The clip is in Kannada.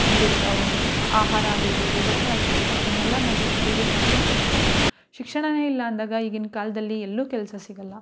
ನಮಗೆ ಆಹಾರ ಆಗಿರ್ಬೋದು ಬಟ್ಟೆ ಆಗಿರ್ಬೋದು ಅದನ್ನೆಲ್ಲ ನಾವು ಖರೀದಿ ಮಾಡ್ಕೊಂಡು ತಿನ್ಬೋದು ಶಿಕ್ಷಣವೇ ಇಲ್ಲ ಅಂದಾಗ ಈಗಿನ ಕಾಲದಲ್ಲಿ ಎಲ್ಲೂ ಕೆಲಸ ಸಿಗೋಲ್ಲ